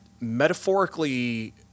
metaphorically